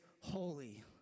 holy